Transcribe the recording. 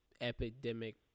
epidemic